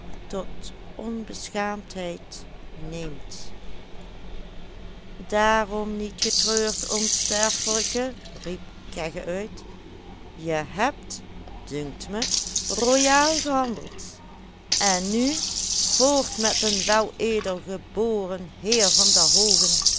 tot onbeschaamdheid neemt daarom niet getreurd onsterfelijke riep kegge uit je hebt dunkt me royaal gehandeld en nu voort met den weledelgeboren heer van der hoogen